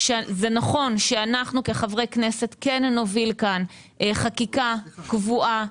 שנכון שאנחנו, כחברי כנסת, נוביל חקיקה קבועה.